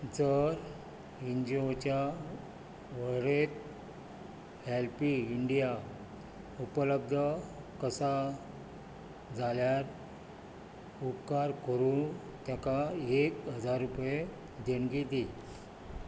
जर N G O च्या वळेरेत हेल्पे इंडिया उपलब्ध आसा जाल्यार उपकार करून तेका एक हजार रुपेय देणगी दी